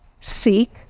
seek